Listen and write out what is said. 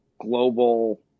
global